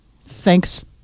Thanks